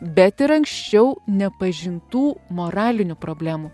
bet ir anksčiau nepažintų moralinių problemų